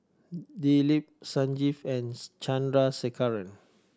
Dilip Sanjeev and Chandrasekaran